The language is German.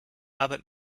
arbeit